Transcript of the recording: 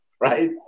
right